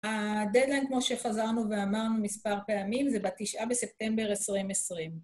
הדד-ליין, כמו שחזרנו ואמרנו מספר פעמים, זה בתשעה בספטמבר 2020.